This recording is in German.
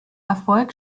erfolg